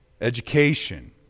education